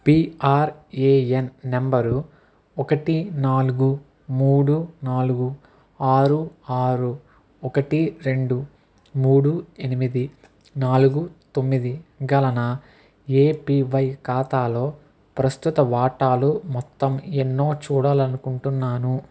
PRAN number ఒకటి నాలుగు మూడు నాలుగు ఆరు ఆరు ఒకటి రెండు మూడు ఎనిమిది నాలుగు తొమ్మిది గల నా ఏపీవై ఖాతాలో ప్రస్తుత వాటాలు మొత్తం ఎన్నో చూడాలనుకుంటున్నాను